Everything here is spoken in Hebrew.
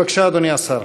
בבקשה, אדוני השר.